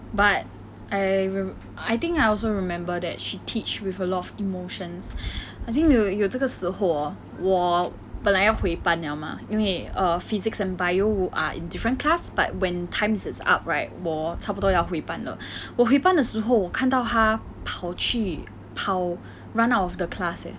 but I remem~ I think I also remember that she teach with a lot of emotions I think 有有这个时候 hor 我本来要回班了 mah 因为 err physics and bio are in different class but when times is up right 我差不多要回班了我会班的时候我看到她跑去跑 run out of the class eh